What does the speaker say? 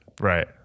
Right